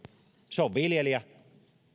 se on viljelijä